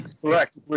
Correct